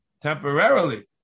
Temporarily